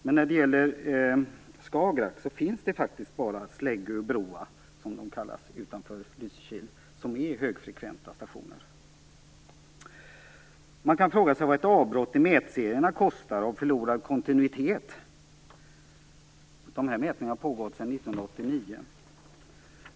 Men när det gäller Skagerrak är det faktiskt bara Släggö och Broa, som de kallas, utanför Lysekil som är högfrekventa stationer. Man kan fråga sig vad ett avbrott i mätserierna kostar av förlorad kontinuitet. De här mätningarna har pågått sedan 1989.